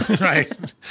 right